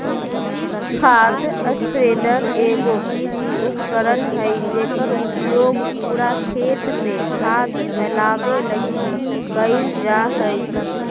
खाद स्प्रेडर एगो कृषि उपकरण हइ जेकर उपयोग पूरा खेत में खाद फैलावे लगी कईल जा हइ